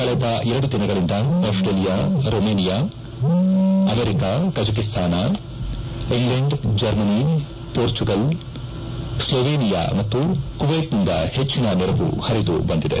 ಕಳೆದ ಎರಡು ದಿನಗಳಿಂದ Australia Romania America Kazakhstan England Germany Portugal Slovenia ಮತ್ತು ಕುವ್ಲೆಟ್ನಿಂದ ಹೆಚ್ಚನ ನೆರವು ಹರಿದು ಬಂದಿದೆ